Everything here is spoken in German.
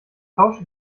tausche